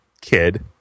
kid